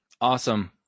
Awesome